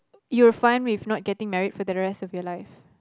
you're fine with not getting married for the rest of your life